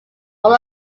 all